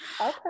Okay